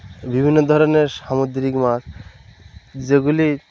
বিভিন্ন ধরনের সামুদ্রিক মাছ যেগুলি